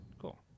Cool